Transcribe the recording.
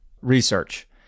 research